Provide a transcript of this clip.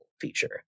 feature